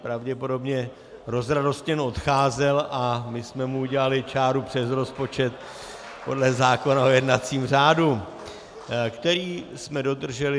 Pravděpodobně rozradostněn odcházel a my jsme mu udělali čáru přes rozpočet podle zákona o jednacím řádu , který jsme dodrželi.